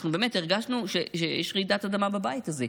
אנחנו באמת הרגשנו שיש רעידת אדמה בבית הזה,